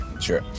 Sure